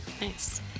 Nice